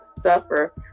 suffer